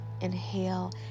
inhale